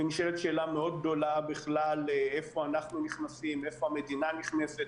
ונשאלת שאלה מאוד גדולה בכלל איפה המדינה נכנסת,